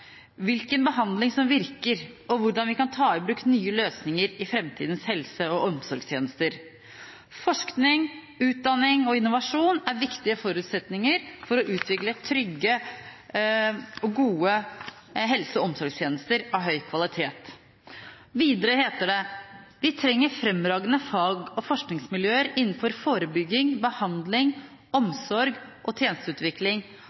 hvilken behandling som virker og hvordan vi kan ta i bruk nye løsninger i fremtidens helse- og omsorgstjenester. Forskning, utdanning og innovasjon er viktige forutsetninger for å utvikle trygge helse- og omsorgstjenester av høy kvalitet.» Videre heter det: «Vi trenger fremragende fag- og forskningsmiljøer innenfor forebygging, behandling, omsorg og tjenesteutvikling,